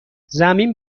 زمین